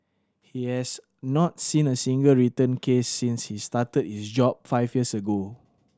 he has not seen a single return case since he started his job five years ago